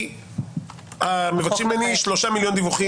כי מבקשים ממני שלושה מיליון דיווחים.